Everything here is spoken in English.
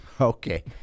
Okay